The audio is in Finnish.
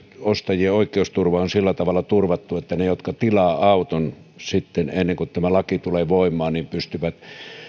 ostajien oikeusturva on sillä tavalla turvattu että ne jotka tilaavat auton ennen kuin tämä laki tulee voimaan pystyvät